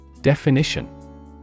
Definition